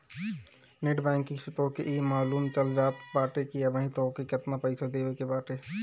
net banking से तोहके इ मालूम चल जात बाटे की अबही तोहके केतना पईसा देवे के बाटे